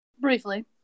Briefly